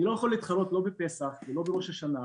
אני לא יכול להתחרות בפסח ולא בראש השנה.